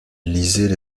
lisaient